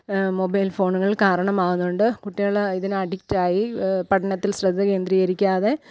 mobile ഫോണുകൾ കാരണമാകുന്നുണ്ട് കുട്ടികൾ ഇതിന് അഡിക്റ്റ് ആയി പഠനത്തിൽ ശ്രദ്ധ കേന്ദ്രീകരിക്കാതെ